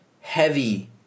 heavy